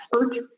expert